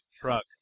truck